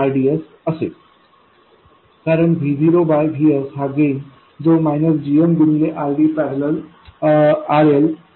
कारण V0VS हा gain जो gm गुणिले RDपॅरलल RL पॅरलल rds असा आहे